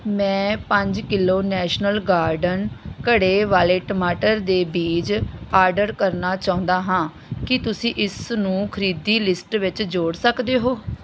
ਮੈਂ ਪੰਜ kilo national garden ਘੜੇ ਵਾਲੇ ਟਮਾਟਰ ਦੇ ਬੀਜ ਆਰਡਰ ਕਰਨਾ ਚਾਹੁੰਦਾ ਹਾਂ ਕਿ ਤੁਸੀਂ ਇਸਨੂੰ ਖਰੀਦੀ ਲਿਸਟ ਵਿੱਚ ਜੋੜ ਸਕਦੇ ਹੋ